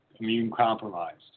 immune-compromised